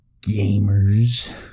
gamers